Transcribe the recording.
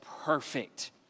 perfect